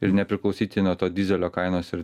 ir nepriklausyti nuo to dyzelio kainos ir